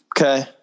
Okay